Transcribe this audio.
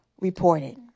reported